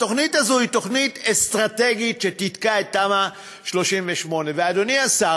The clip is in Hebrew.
התוכנית הזאת היא תוכנית אסטרטגית שתתקע את תמ"א 38. אדוני השר,